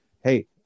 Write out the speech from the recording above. hey